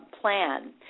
plan